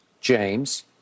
James